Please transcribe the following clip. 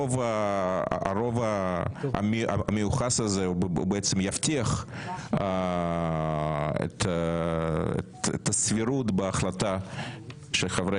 הרוב המיוחס הזה יבטיח את הסבירות בהחלטה שחברי